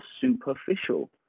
superficial